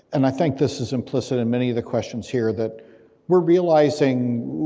and i think this is implicit in many of the questions here, that we're realizing